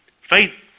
faith